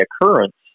occurrence